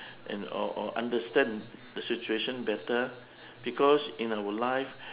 and or or understand the situation better because in our life